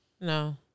No